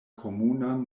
komunan